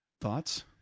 Thoughts